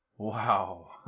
Wow